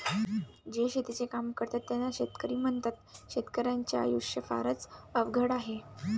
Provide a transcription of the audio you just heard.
जे शेतीचे काम करतात त्यांना शेतकरी म्हणतात, शेतकर्याच्या आयुष्य फारच अवघड आहे